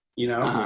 you know?